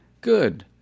good